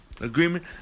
Agreement